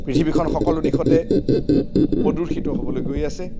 পৃথিৱীখন সকলো দিশতে প্ৰদূষিত হ'বলৈ গৈ আছে